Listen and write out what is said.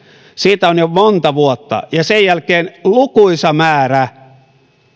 siitä on jo monta vuotta ja sen jälkeen lukuisa määrä